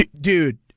Dude